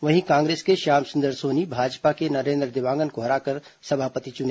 वहीं कांग्रेस के श्याम सुंदर सोनी भाजपा के नरेन्द्र देवागंन को हराकर सभापति बने